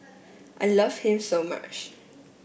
I love him so much